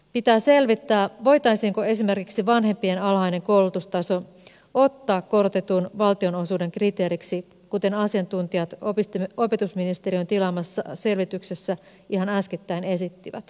pitää selvittää voitaisiinko esimerkiksi vanhempien alhainen koulutustaso ottaa korotetun valtionosuuden kriteeriksi kuten asiantuntijat opetusministeriön tilaamassa selvityksessä ihan äskettäin esittivät